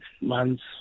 months